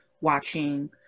watching